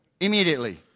Immediately